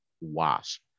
wasp